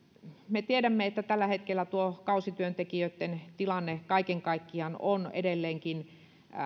me tiedämme että tällä hetkellä kausityöntekijöitten tilanne kaiken kaikkiaan on edelleenkin